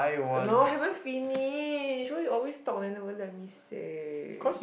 uh no haven't finish why you always talk then never let me say